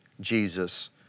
Jesus